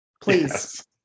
Please